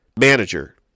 manager